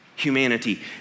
humanity